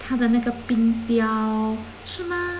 他的那个冰雕是吗